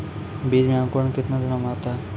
बीज मे अंकुरण कितने दिनों मे आता हैं?